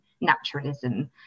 naturalism